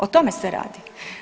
O tome se radi.